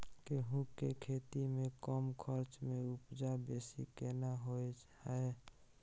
गेहूं के खेती में कम खर्च में उपजा बेसी केना होय है?